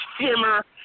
Shimmer